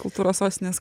kultūros sostinės